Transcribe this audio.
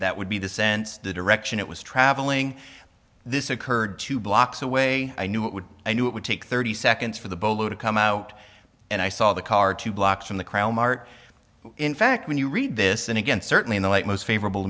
that would be the sense the direction it was traveling this occurred two blocks away i knew it would i knew it would take thirty seconds for the bolo to come out and i saw the car two blocks from the mart in fact when you read this and again certainly in the light most favorable